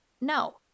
No